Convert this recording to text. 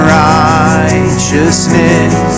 righteousness